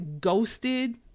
ghosted